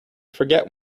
forget